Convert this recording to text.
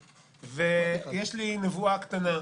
יש לי נבואה קטנה,